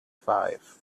five